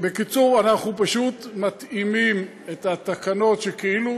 בקיצור, אנחנו פשוט מתאימים את התקנות, שכאילו